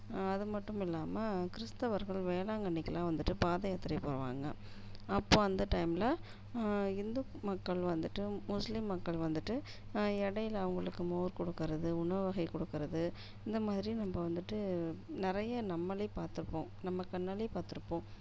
அது மட்டும் இல்லாமல் கிறிஸ்தவர்கள் வேளாங்கண்ணிக்குலாம் வந்துவிட்டு பாதயாத்திரை போவாங்க அப்போ அந்த டைம்மில இந்து மக்கள் வந்துவிட்டு முஸ்லீம் மக்கள் வந்துவிட்டு இடையில அவங்களுக்கு மோர் கொடுக்கறது உணவு வகை கொடுக்கறது இந்த மாதிரி நம்ப வந்துவிட்டு நிறைய நம்மளே பார்த்துருப்போம் நம்ம கண்ணாலே பார்த்துருப்போம்